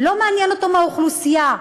לא מעניין אותו מהאוכלוסייה,